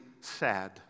sad